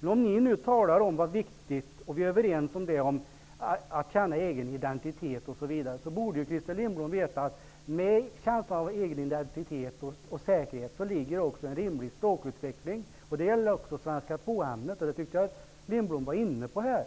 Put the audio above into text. Vi är överens om att ämnet är viktigt och att eleverna behöver känna en egen identitet, osv. Christer Lindblom borde veta att i känslan av egen identitet och säkerhet ligger också en rimlig språkutveckling. Det gäller också svenska 2-ämnet, och det tyckte jag att Christer Lindblom var inne på här.